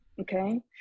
okay